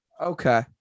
Okay